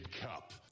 Cup